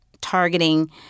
targeting